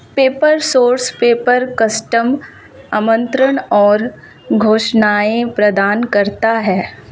paper source paper, custom आमंत्रण और घोषणाएं प्रदान करता है